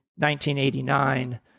1989